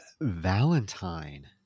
Valentine